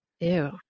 Ew